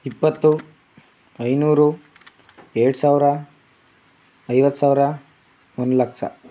ಇಪ್ಪತ್ತು ಐದುನೂರು ಎರಡು ಸಾವಿರ ಐವತ್ತು ಸಾವಿರ ಒಂದು ಲಕ್ಷ